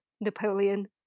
Napoleon